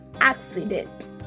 accident